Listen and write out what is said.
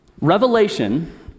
Revelation